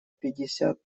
пятьдесят